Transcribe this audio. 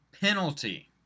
penalty